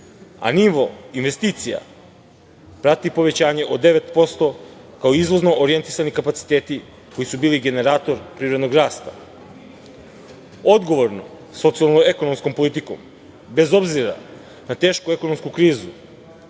a nivo investicija prati povećanje od 9% kao izvozno orijentisani kapaciteti koji su bili generator privrednog rasta. Odgovornom socijalno-ekonomskom politikom, bez obzira na tešku ekonomsku krizu,